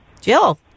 Jill